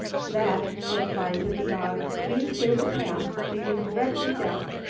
that, said phi to the dog, means there's a path leading directly down,